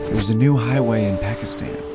there's a new highway in pakistan.